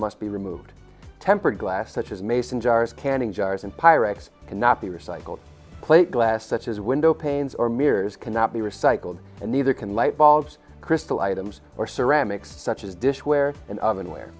must be removed tempered glass such as mason jars canning jars and pirates cannot be recycled plate glass such as window panes or mirrors cannot be recycled and neither can light bulbs crystal items or ceramics such as dish where an oven where